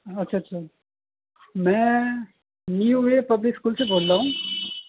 اچھا اچھا میں نیو وے پبلک اسکول سے بول رہا ہوں